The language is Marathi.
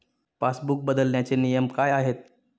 पासबुक बदलण्याचे नियम काय आहेत?